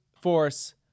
force